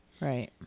Right